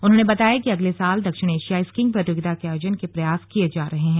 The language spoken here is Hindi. उन्होंने बताया कि अगले वर्ष दक्षिण एशियाई स्कींग प्रतियोगिता के आयोजन के प्रयास किए जा रहे हैं